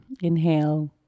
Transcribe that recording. Inhale